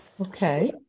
Okay